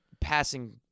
passing